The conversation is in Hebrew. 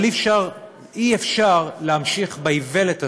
אבל אי-אפשר להמשיך באיוולת הזאת,